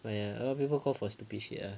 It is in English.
but ya a lot of people call for stupid shit ah